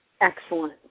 Excellent